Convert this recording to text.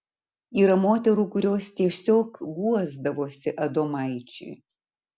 yra moterų kurios tiesiog guosdavosi adomaičiui